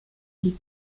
les